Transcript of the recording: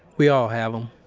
we all have em.